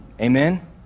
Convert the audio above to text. Amen